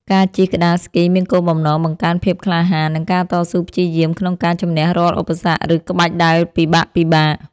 ការជិះក្ដារស្គីមានគោលបំណងបង្កើនភាពក្លាហាន និងការតស៊ូព្យាយាមក្នុងការជម្នះរាល់ឧបសគ្គ ឬក្បាច់ដែលពិបាកៗ។